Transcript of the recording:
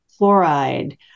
fluoride